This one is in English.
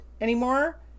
anymore